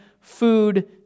food